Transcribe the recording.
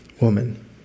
woman